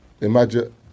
imagine